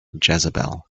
jezebel